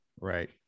right